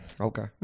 Okay